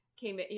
came